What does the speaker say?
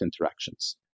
interactions